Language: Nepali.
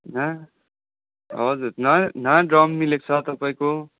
ना हजुर न न ड्रम मिलेको छ तपाईँको